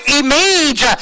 image